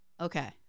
Okay